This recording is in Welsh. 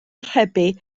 archebu